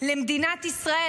למדינת ישראל.